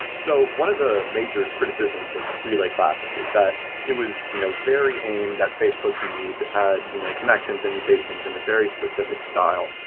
so one of the major criticisms of relay classic is that it was you know very aimed at facebook's needs. it had you know connections and mutations in a very specific style,